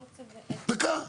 דקה.